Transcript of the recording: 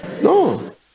No